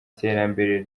terambere